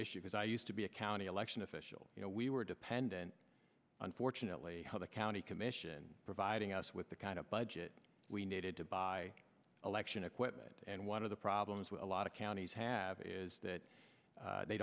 issue because i used to be a county election official you know we were dependent unfortunately the county commission providing us with the kind of budget we needed to buy election equipment and one of the problems with a lot of counties have is that they